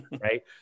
Right